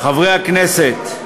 חברי הכנסת,